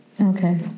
okay